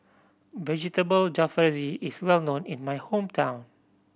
Vegetable Jalfrezi is well known in my hometown